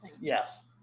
Yes